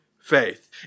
faith